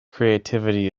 creativity